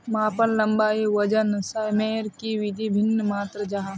मापन लंबाई वजन सयमेर की वि भिन्न मात्र जाहा?